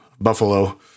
Buffalo